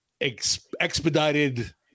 expedited